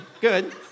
good